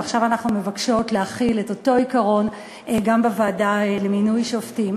ועכשיו אנחנו מבקשים להחיל את אותו עיקרון גם בוועדה למינוי שופטים.